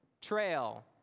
trail